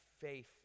faith